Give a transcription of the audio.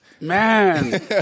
Man